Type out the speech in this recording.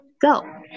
go